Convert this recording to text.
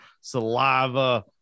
saliva